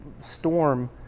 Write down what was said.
storm